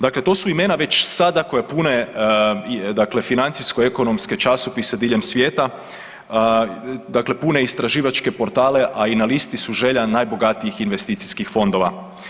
Dake, to su imena već sada koja pune financijsko-ekonomske časopise diljem svijeta, dakle istraživačke portale a i na listi su želja najbogatijih investicijskih fondova.